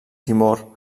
timor